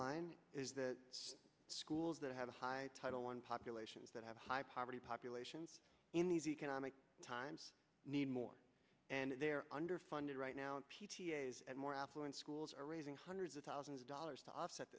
line is that schools that have a high title on populations that have high poverty populations in these economic times need more and they're underfunded right now and more affluent schools are raising hundreds of thousands of dollars to offset